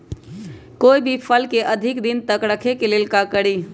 कोई भी फल के अधिक दिन तक रखे के ले ल का करी?